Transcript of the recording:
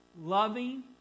loving